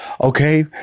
Okay